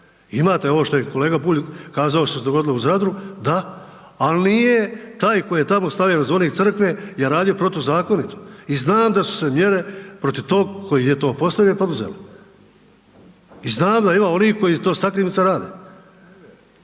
imate ovo što je kolega Bulj kazao što se dogodilo u Zadru da, al nije taj koji je tamo stavljao zvonik crkve je radio protuzakonito i znam da su se mjere protiv tog koji je to postavio, poduzele i znam da ima onih koji to sakrimice rade